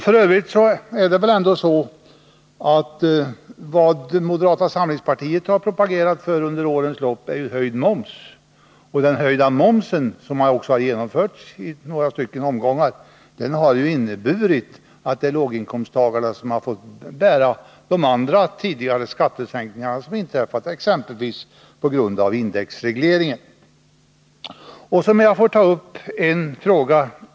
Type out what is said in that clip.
F. ö. är det väl ändå så, att vad moderata samlingspartiet har propagerat för under årens lopp är höjd moms, och det har också genomförts i några omgångar. Det har inneburit att låginkomsttagarna har fått betala tidigare genomförda skattesänkningar, exempelvis skattelättnader på grund av indexregleringen. Låt mig sedan ta upp ytterligare en fråga.